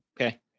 Okay